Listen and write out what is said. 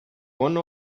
one